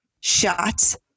shots